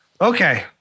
Okay